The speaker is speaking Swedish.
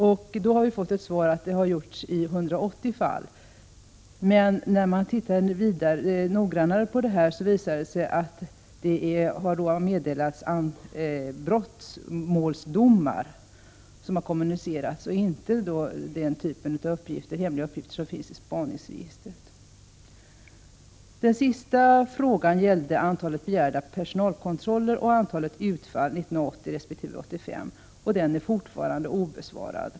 Vi har då fått svaret att det har gjorts i 180 fall. När man studerar detta noggrannare finner man att det är uppgifter angående meddelade brottmålsdomar som har kommunicerats, och inte den typen av hemliga uppgifter som finns i spaningsregistret. Den sista frågan gällde antalet begärda personalkontroller och antalet utfall 1980 resp. 1985. Den frågan är fortfarande obesvarad.